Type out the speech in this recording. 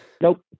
nope